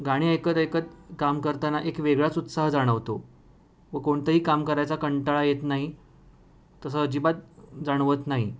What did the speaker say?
गाणी ऐकत ऐकत काम करताना एक वेगळाच उत्साह जाणवतो व कोणतंही काम करायचा कंटाळा येत नाही तसं अजिबात जाणवत नाही